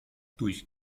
durch